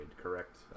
correct